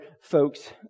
folks